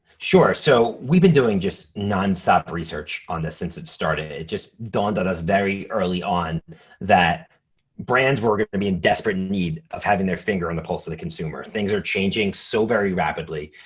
sure, so we've been doing just nonstop research on this since it started. it just dawned on us very early on that brands were gonna be in desperate need of having their finger on the pulse of the consumer. things are changing so very rapidly,